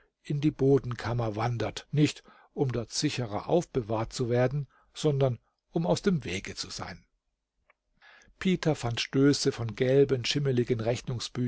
in die bodenkammer wandert nicht um dort sicherer aufbewahrt zu werden sondern um aus dem wege zu sein peter fand stöße von gelben schimmeligen